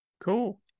Cool